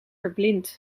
verblind